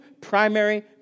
primary